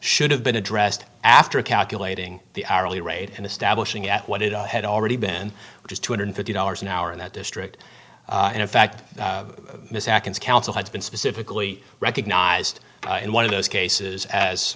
should have been addressed after calculating the hourly rate and establishing at what it had already been which is two hundred fifty dollars an hour in that district and in fact miss actions council has been specifically recognized in one of those cases as